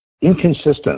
inconsistent